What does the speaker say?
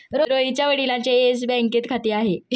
रोहितच्या वडिलांचे येस बँकेत खाते आहे